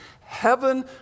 heaven